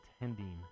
attending